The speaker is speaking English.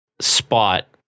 spot